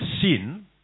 sin